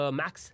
max